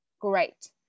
great